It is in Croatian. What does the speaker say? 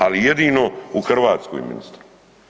Ali jedino u Hrvatskoj, ministre.